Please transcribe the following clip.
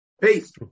Peace